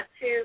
two